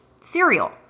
cereal